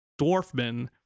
Dwarfman